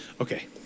Okay